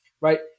right